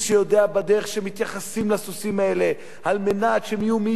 הדרך שמתייחסים לסוסים האלה על מנת שהם יהיו מהירים יותר,